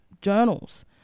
journals